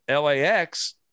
LAX